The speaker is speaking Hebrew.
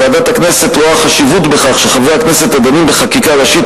"ועדת הכנסת רואה חשיבות בכך שחברי הכנסת הדנים בחקיקה ראשית